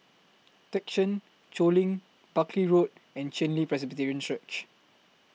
Thekchen Choling Buckley Road and Chen Li Presbyterian Church